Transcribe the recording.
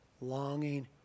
longing